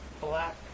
Black